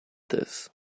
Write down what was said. this